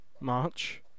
March